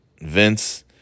Vince